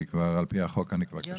כי על פי החוק אני כבר קשיש,